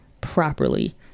properly